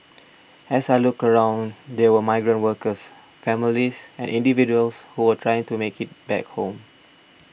as I looked around there were migrant workers families and individuals who were trying to make it back home